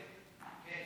אני קובע